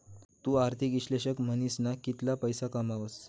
तु आर्थिक इश्लेषक म्हनीसन कितला पैसा कमावस